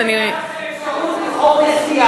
ראשית, אני, אתמול הייתה לכם אפשרות לבחור נשיאה.